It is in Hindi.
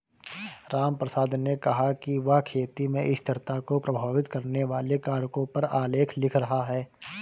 रामप्रसाद ने कहा कि वह खेती में स्थिरता को प्रभावित करने वाले कारकों पर आलेख लिख रहा है